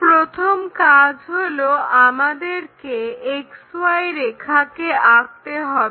প্রথম কাজ হলো আমাদেরকে XY রেখাকে আঁকতে হবে